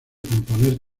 componer